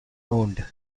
owned